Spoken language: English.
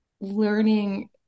learning